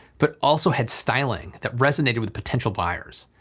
but also had styling that resonated with potential buyers.